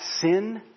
sin